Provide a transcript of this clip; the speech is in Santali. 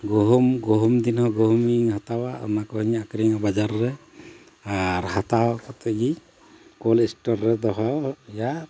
ᱜᱩᱦᱩᱢ ᱜᱩᱦᱩᱢ ᱫᱤᱱ ᱦᱚᱸ ᱜᱩᱦᱩᱢᱤᱧ ᱦᱟᱛᱟᱣᱟ ᱚᱱᱟ ᱠᱚᱦᱚᱧ ᱟᱹᱠᱷᱨᱤᱧᱟ ᱵᱟᱡᱟᱨ ᱨᱮ ᱟᱨ ᱦᱟᱛᱟᱣ ᱠᱟᱛᱮᱫ ᱜᱮ ᱠᱳᱞᱮᱥᱴᱳᱨ ᱨᱮ ᱫᱚᱦᱚᱭᱟ